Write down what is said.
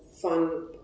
fun